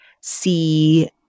see